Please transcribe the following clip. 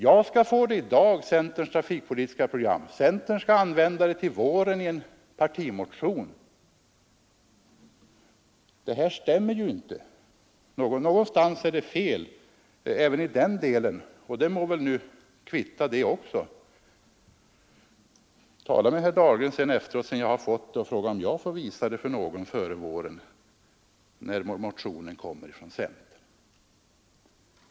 Jag skall få centerns trafikpolitiska program i dag; centern skall använda det till våren i en partimotion. Det stämmer inte. Någonstans är det fel även i den delen, och det må kvitta. Jag skall tala med herr Dahlgren sedan jag fått programmet och fråga om jag får visa det för någon annan före våren när motionen kommer att väckas från centern.